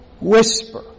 whisper